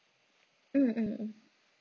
mm mm mm